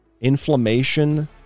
inflammation